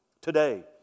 today